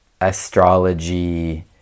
astrology